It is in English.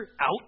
out